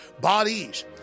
Bodies